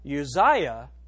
Uzziah